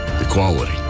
equality